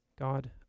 God